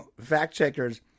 fact-checkers